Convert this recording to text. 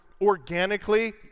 organically